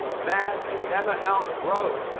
man can never outgrow.